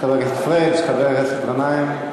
חבר הכנסת פריג', חבר הכנסת גנאים.